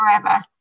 forever